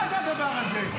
מה זה הדבר הזה?